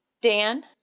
dan